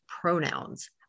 pronouns